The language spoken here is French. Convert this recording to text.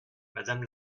madame